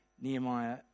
Nehemiah